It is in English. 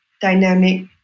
dynamic